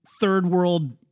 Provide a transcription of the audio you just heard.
third-world